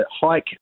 hike